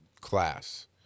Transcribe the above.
class